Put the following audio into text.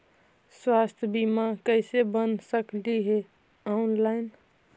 स्वास्थ्य बीमा कैसे बना सकली हे ऑनलाइन?